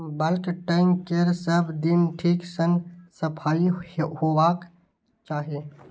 bulk tank केर सब दिन ठीक सं सफाइ होबाक चाही